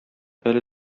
әле